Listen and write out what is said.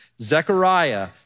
Zechariah